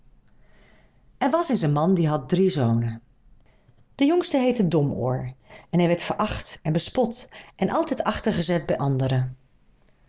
er was eens een man die had drie zonen de jongste heette domoor en hij werd veracht en bespot en altijd achtergezet bij anderen